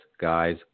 Guys